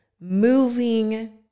moving